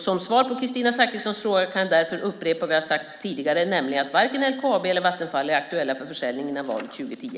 Som svar på Kristina Zakrissons fråga kan jag därför upprepa vad jag sagt tidigare, nämligen att varken LKAB eller Vattenfall är aktuella för försäljning innan valet 2010.